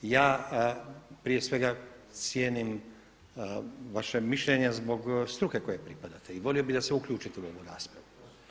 Ja prije svega cijenim vaše mišljenje zbog struke kojoj pripadate i volio bih da se uključite u ovu raspravu.